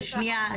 שניה,